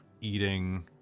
eating